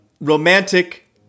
romantic